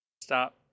Stop